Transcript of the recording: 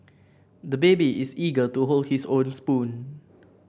the baby is eager to hold his own spoon